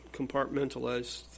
compartmentalized